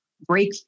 break